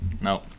No